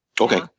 Okay